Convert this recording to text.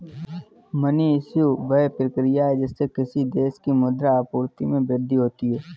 money issue, वह प्रक्रिया है जिससे किसी देश की मुद्रा आपूर्ति में वृद्धि होती है